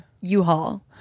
u-haul